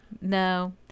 no